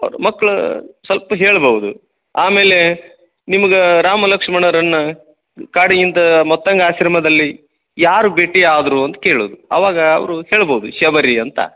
ಮಕ್ಳು ಸೋಲ್ಪ ಹೇಳ್ಬೌದು ಆಮೇಲೆ ನಿಮಗೆ ರಾಮ ಲಕ್ಷಣರನ್ನ ಕಾಡಿನಿಂದ ಮೊತ್ತಂಗ ಆಶ್ರಮದಲ್ಲಿ ಯಾರ ಭೇಟಿ ಆದರೂ ಅಂತ ಕೇಳುದು ಆವಾಗ ಅವರು ಹೇಳ್ಬೌದು ಶಬರಿ ಅಂತ